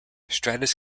stratus